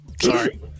sorry